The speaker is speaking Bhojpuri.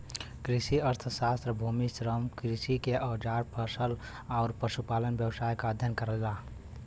कृषि अर्थशास्त्र भूमि, श्रम, कृषि के औजार फसल आउर पशुपालन व्यवसाय क अध्ययन करला